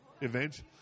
event